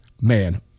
man